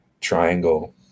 triangle